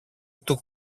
του